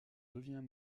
devient